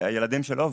הילדים שלו,